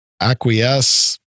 acquiesce